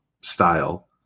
style